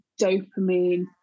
dopamine